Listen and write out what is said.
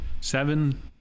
Seven